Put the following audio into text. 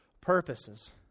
purposes